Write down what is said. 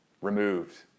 removed